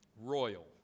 Royal